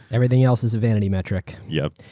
everything else is a vanity metric. yup.